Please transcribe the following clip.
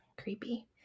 creepy